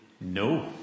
no